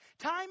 Time